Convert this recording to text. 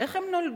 איך הם נולדו?